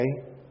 Okay